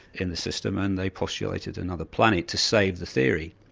in the system and they postulated another planet to save the theory.